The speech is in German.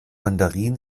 mandarin